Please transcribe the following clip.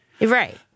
Right